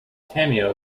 cameo